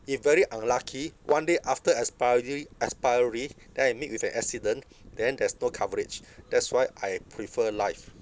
if very unlucky one day after expiry expiry then you meet with an accident then there's no coverage that's why I prefer life